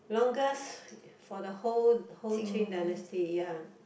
longest for the whole whole Qing-Dynasty ya